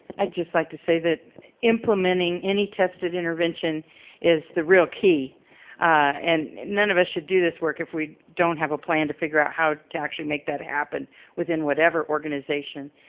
i'd just like to say that implementing any tested intervention is the real key and none of us should do this work if we don't have a plan to figure out how to actually make that happen within whatever organization.